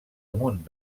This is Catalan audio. amunt